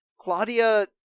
Claudia